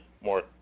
more